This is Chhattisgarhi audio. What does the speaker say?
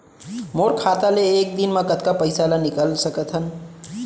मोर खाता ले एक दिन म कतका पइसा ल निकल सकथन?